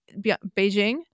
Beijing